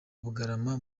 bugarama